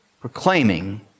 Proclaiming